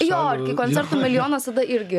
jo ir kai koncertų milijonas tada irgi